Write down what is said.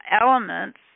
elements